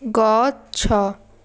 ଗଛ